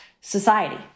society